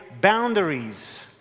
boundaries